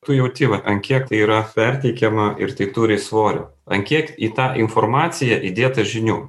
tu jauti vat ant kiek tai yra perteikiama ir tai turi svorio ant kiek į tą informaciją įdėta žinių